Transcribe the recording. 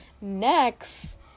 next